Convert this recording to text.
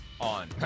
On